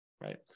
right